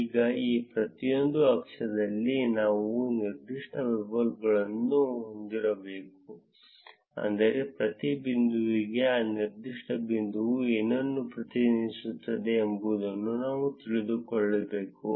ಈಗ ಈ ಪ್ರತಿಯೊಂದು ಅಕ್ಷದಲ್ಲಿ ನಾವು ನಿರ್ದಿಷ್ಟ ಲೇಬಲ್ಗಳನ್ನು ಹೊಂದಿರಬೇಕು ಅಂದರೆ ಪ್ರತಿ ಬಿಂದುವಿಗೆ ಆ ನಿರ್ದಿಷ್ಟ ಬಿಂದುವು ಏನನ್ನು ಪ್ರತಿನಿಧಿಸುತ್ತದೆ ಎಂಬುದನ್ನು ನಾವು ತಿಳಿದುಕೊಳ್ಳಬೇಕು